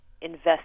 invest